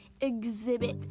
exhibit